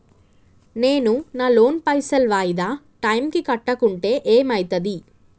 నేను నా లోన్ పైసల్ వాయిదా టైం కి కట్టకుంటే ఏమైతది?